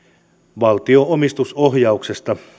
valtion omistusohjauksesta